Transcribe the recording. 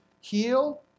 heal